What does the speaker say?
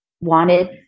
wanted